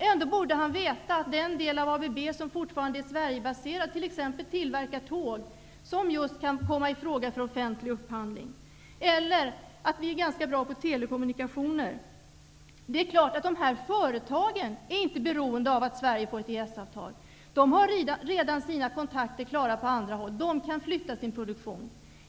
Ändå borde han veta att den del av ABB som fortfarande är Sverigebaserad t.ex. tillverkar tåg som just kan komma i fråga för offentlig upphandling, eller att vi är ganska bra på telekommunikationer. Det är klart att de här företagen inte är beroende av att Sverige får ett EES-avtal. De har redan sina kontakter klara på andra håll. De kan flytta sin produktion.